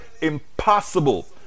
impossible